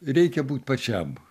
reikia būt pačiam